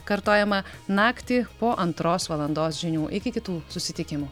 kartojama naktį po antros valandos žinių iki kitų susitikimų